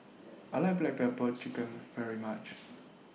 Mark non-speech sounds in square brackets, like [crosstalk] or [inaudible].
I like Black Pepper [noise] Chicken very much